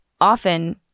often